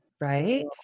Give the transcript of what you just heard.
Right